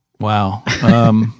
wow